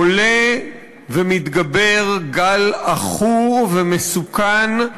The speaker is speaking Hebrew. עולה ומתגבר גל עכור ומסוכן,